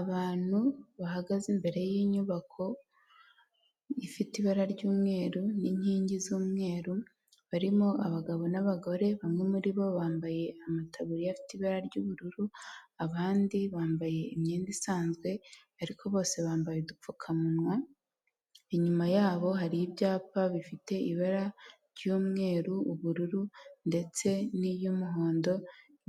Abantu bahagaze imbere y'inyubako ifite ibara ry'umweru n'inkingi z'umweru, barimo abagabo n'abagore bamwe muri bo bambaye amataruburiya afite ibara ry'ubururu, abandi bambaye imyenda isanzwe ariko bose bambaye udupfukamunwa, inyuma yabo hari ibyapa bifite ibara ry'umweru, ubururu ndetse n'iry'umuhondo